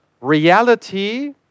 reality